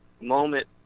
moment